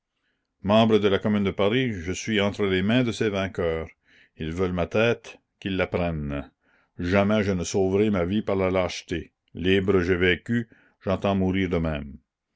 membre de la commune de paris je suis entre les mains de ses vainqueurs ils veulent ma tête qu'ils la prennent jamais je ne sauverai ma vie par la lâcheté libre j'ai vécu j'entends mourir de même